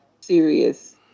serious